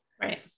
Right